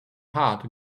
heart